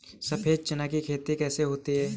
सफेद चना की खेती कैसे होती है?